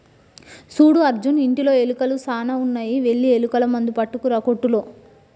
సూడు అర్జున్ ఇంటిలో ఎలుకలు సాన ఉన్నాయి వెళ్లి ఎలుకల మందు పట్టుకురా కోట్టులో